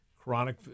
chronic